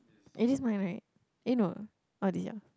eh this is mine right eh no oh this is yours